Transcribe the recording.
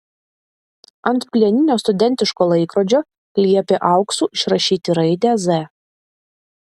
ant plieninio studentiško laikrodžio liepė auksu išrašyti raidę z